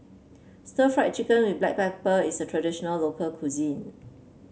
Stir Fried Chicken with Black Pepper is a traditional local cuisine